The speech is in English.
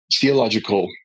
theological